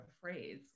phrase